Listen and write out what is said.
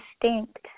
distinct